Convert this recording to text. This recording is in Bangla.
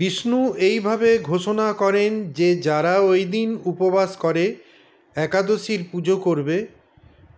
বিষ্ণু এইভাবে ঘোষণা করেন যে যারা ঐদিন উপবাস করে একাদশীর পুজো করবে